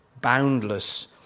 boundless